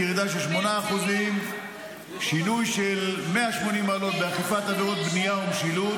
ירידה של 8%; שינוי של 180 מעלות באכיפת עבירות בנייה ומשילות.